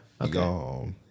okay